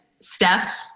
Steph